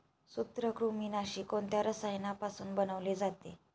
सूत्रकृमिनाशी कोणत्या रसायनापासून बनवले जाते?